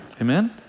Amen